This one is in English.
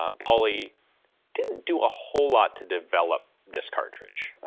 um pauly didn't do a whole lot to develop this cartridge,